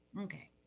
okay